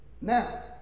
Now